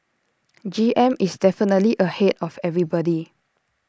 G M is definitely ahead of everybody